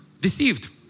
Deceived